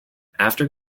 after